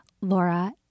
Laura